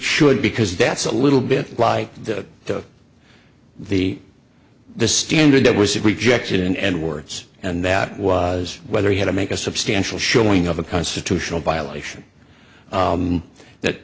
should because that's a little bit like the the the standard that was rejected in edwards and that was whether he had to make a substantial showing of a constitutional violation that